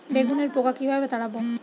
বেগুনের পোকা কিভাবে তাড়াব?